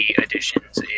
editions